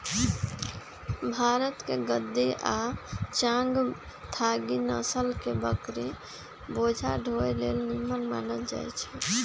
भारतके गद्दी आ चांगथागी नसल के बकरि बोझा ढोय लेल निम्मन मानल जाईछइ